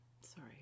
sorry